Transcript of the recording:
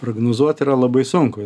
prognozuot yra labai sunku